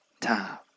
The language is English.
time